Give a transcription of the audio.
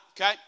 okay